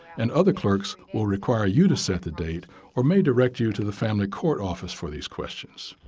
and other clerks will require you to set the date or may direct you to the family court office for these questions.